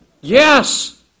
Yes